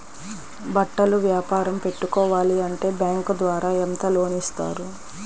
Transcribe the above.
బట్టలు వ్యాపారం పెట్టుకోవాలి అంటే బ్యాంకు ద్వారా ఎంత లోన్ ఇస్తారు?